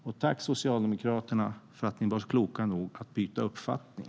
Och tack, Socialdemokraterna, för att ni var kloka nog att byta uppfattning!